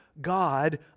God